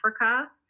Africa